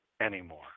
anymore